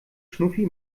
schnuffi